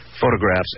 Photographs